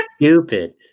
stupid